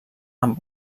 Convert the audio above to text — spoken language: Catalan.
amb